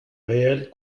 réel